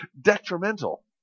detrimental